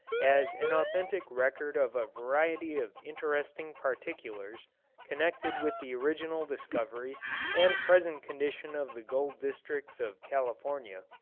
as an authentic record of a variety of interesting particulars connected with the original discovery and present condition of the gold districts of california,